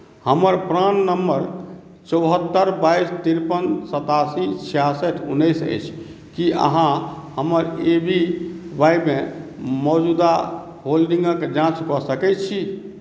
हमर प्राण नम्बर चौहत्तरि बाइस तिरपन सतासी छियासठि उन्नैस अछि की अहाँ हमर ए पी वाइ मे मौजूदा होल्डिंगक जाँच कऽ सकैत छी